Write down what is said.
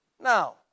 Now